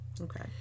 Okay